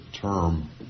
term